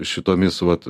šitomis vat